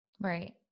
Right